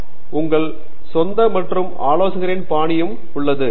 தேஷ்பாண்டே ஆமாம் உங்கள் சொந்த மற்றும் ஆலோசகரின் பாணியும் உள்ளது